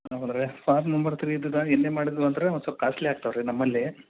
ಹೌದು ರೀ form number three ಇದ್ದದ್ದು ಎನ್ ಎ ಮಾಡಿದ್ವಿ ಅಂದರೆ ಒಂದು ಸ್ವಲ್ಪ ಕಾಸ್ಟ್ಲಿ ಆಗ್ತವೆ ರೀ ನಮ್ಮಲ್ಲಿ